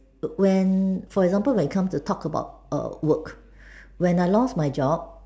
when for example when come to talk about err work when I lost my job